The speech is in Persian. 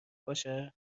باشه